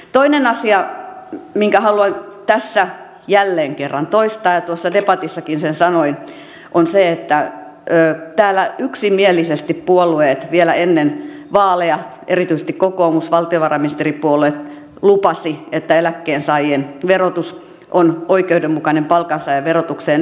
toinen asia minkä haluan tässä jälleen kerran toistaa ja tuossa debatissakin sen sanoin on se että täällä yksimielisesti puolueet lupasivat vielä ennen vaaleja erityisesti kokoomus valtiovarainministeripuolue lupasi että eläkkeensaajien verotus on oikeudenmukainen palkansaajan verotukseen nähden